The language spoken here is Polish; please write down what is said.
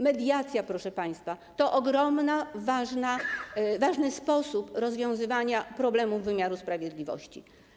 Mediacja, proszę państwa, to bardzo ważny sposób rozwiązywania problemów wymiaru sprawiedliwości.